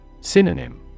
Synonym